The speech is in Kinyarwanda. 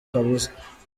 kabuza